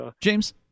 James